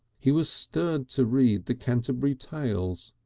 he was stirred to read the canterbury tales,